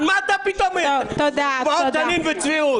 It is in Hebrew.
דמעות תנין וצביעות.